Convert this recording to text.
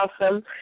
awesome